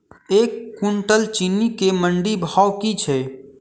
एक कुनटल चीनी केँ मंडी भाउ की छै?